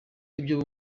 ibyo